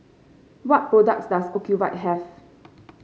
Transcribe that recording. what products does Ocuvite have